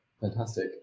Fantastic